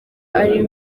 ari